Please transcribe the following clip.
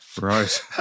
Right